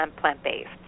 plant-based